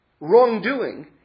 wrongdoing